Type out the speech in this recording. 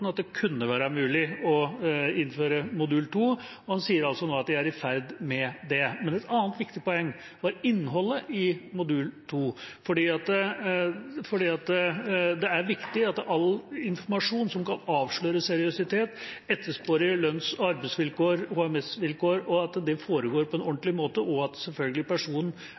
at det kunne være mulig å innføre modul 2, og nå sier han at de er i ferd med å gjøre det. Et annet viktig poeng gjaldt innholdet i modul 2, for det er viktig at all informasjon som kan bekrefte seriøsitet, f.eks. at man kan ettergå lønns- og arbeidsvilkår og HMS-vilkår, at dette foregår på en ordentlig måte, og selvfølgelig at personen